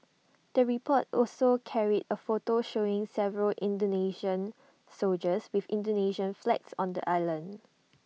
the report also carried A photo showing several Indonesian soldiers with Indonesian flags on the island